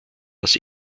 das